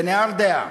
בנהרדעא,